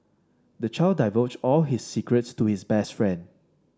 the child divulged all his secrets to his best friend